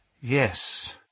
Yes